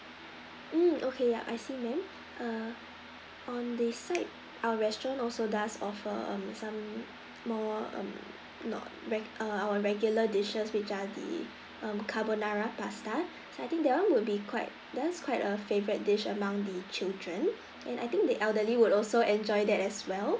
mm okay yup I see ma'am err on this side our restaurant also does offer um some more um not reg~ err our regular dishes with um carbonara pasta so I think that one would be quite that one quite err favourite dish among the children and I think the elderly would also enjoy that as well